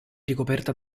ricoperta